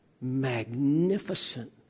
magnificent